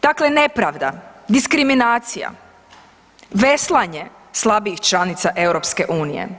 Dakle, nepravda, diskriminacija, veslanje slabijih članica EU.